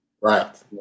Right